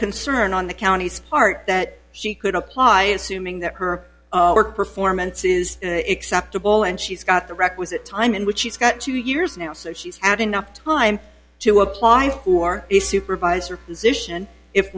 concern on the counties part that she could apply assuming that her work performance is in acceptable and she's got the requisite time in which she's got two years now so she's had enough time to apply for a supervisor position if